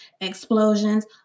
explosions